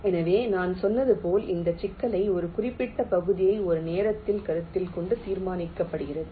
எனவே நான் சொன்னது போல் இந்த சிக்கல் ஒரு குறிப்பிட்ட பகுதியை ஒரு நேரத்தில் கருத்தில் கொண்டு தீர்க்கப்படுகிறது